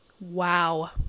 Wow